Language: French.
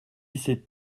sait